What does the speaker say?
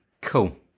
cool